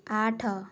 ଆଠ